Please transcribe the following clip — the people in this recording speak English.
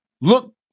Look